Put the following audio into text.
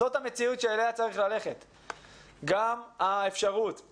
גם האפשרות של